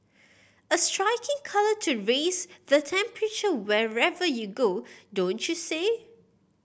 a striking colour to raise the temperature wherever you go don't you say